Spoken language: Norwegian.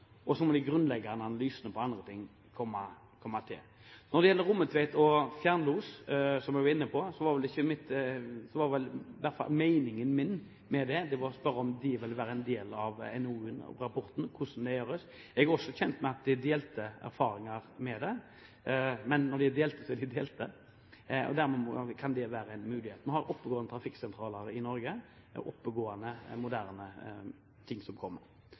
og så må de grunnleggende analysene om andre ting komme i tillegg. Når det gjelder Rommetveit og dette med fjernlos, som jeg var inne på, var i hvert fall min mening med det å spørre om disse ville være en del av NOU-rapporten – hvordan det skulle gjøres. Jeg er også kjent med at det er delte erfaringer med det. Men når de er delte, så er de delte, og dermed kan det være en mulighet. Vi har oppegående trafikksentraler i Norge. Det er oppegående, moderne ting som kommer.